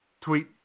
tweet